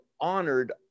honored